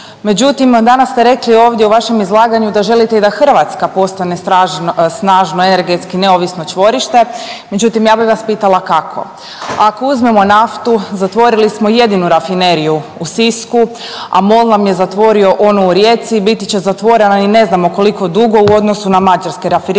Međutim, danas ste rekli ovdje u vašem izlaganju da želite i da Hrvatska postane snažno energetski neovisno čvorište, međutim ja bi vas pitala kako. Ako uzmemo naftu zatvorili smo jedinu rafineriju u Sisku, a MOL nam je zatvorio onu u Rijeci, biti će zatvorena ni ne znamo koliko dugo u odnosu na mađarske rafinerije